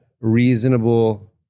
reasonable